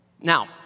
Now